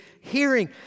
hearing